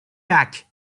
back